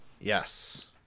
Yes